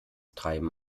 treiben